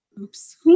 Oops